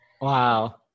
Wow